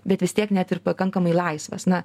bet vis tiek net ir pakankamai laisvas na